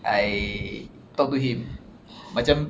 I talk to him macam